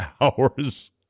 hours